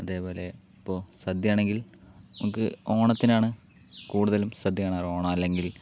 അതേപോലെ ഇപ്പോൾ സദ്യ ആണെങ്കിൽ നമുക്ക് ഓണത്തിനാണ് കൂടുതലും സദ്യ കാണാറ് ഓണം അല്ലെങ്കിൽ